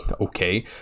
okay